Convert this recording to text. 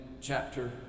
chapter